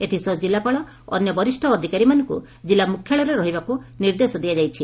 ଏଥିସହ ଜିଲ୍ଲାପାଳ ଓ ଅନ୍ୟ ବରିଷ ଅଧିକାରୀମାନଙ୍କୁ ଜିଲ୍ଲା ମୁଖ୍ୟାଳୟରେ ରହିବାକୁ ନିର୍ଦ୍ଦେଶ ଦିଆଯାଇଛି